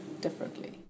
differently